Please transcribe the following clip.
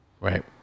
right